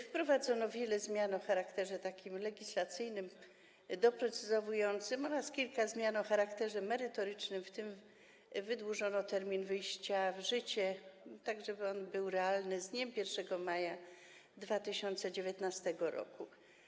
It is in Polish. Wprowadzono wiele zmian o charakterze legislacyjnym, doprecyzowującym oraz kilka zmian o charakterze merytorycznym, w tym wydłużono termin wejścia w życie, tak żeby on był realny - będzie to dzień 1 maja 2019 r.